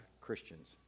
Christians